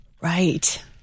Right